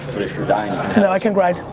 you're dying nah, i can grind.